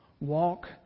walk